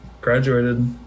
graduated